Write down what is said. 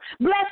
Bless